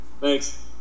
Thanks